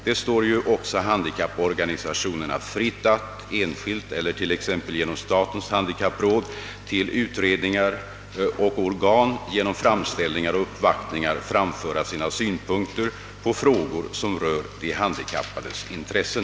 Det står ju också handikapporganisationerna fritt att — enskilt eller t.ex. genom statens handikappråd — till utredningar och organ genom framställningar och uppvaktningar framföra sina synpunkter på frågor som rör de handikappades intressen.